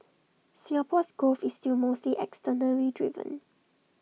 Singapore's growth is still mostly externally driven